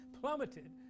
plummeted